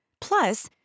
Plus